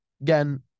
again